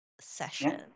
session